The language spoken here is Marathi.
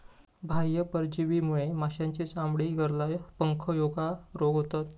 बाह्य परजीवीमुळे माशांची चामडी, गरला, पंख ह्येका रोग होतत